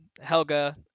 Helga